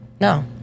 No